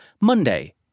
Monday